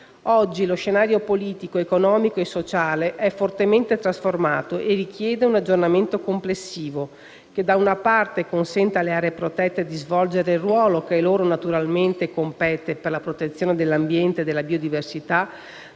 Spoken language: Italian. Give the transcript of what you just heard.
Oggi lo scenario politico, economico e sociale è fortemente trasformato e richiede un aggiornamento complessivo, che consenta alle aree protette, da una parte, di svolgere il ruolo che a loro naturalmente compete per la protezione dell'ambiente e della biodiversità,